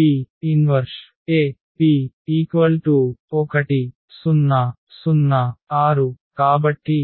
P 1AP 1 0 0 6 కాబట్టి